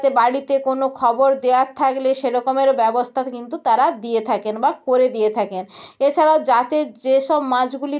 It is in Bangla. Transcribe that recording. বাড়িতে কোনো খবর দেয়ার থাকলে সেরকমের ব্যবস্থা কিন্তু তারা দিয়ে থাকেন বা করে দিয়ে থাকেন এছাড়াও যাতে যেসব মাছগুলি